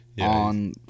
on